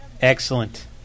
Excellent